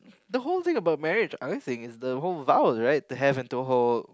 the whole thing about marriage unless I think is the vow right to have and to hold